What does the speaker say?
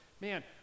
man